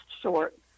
short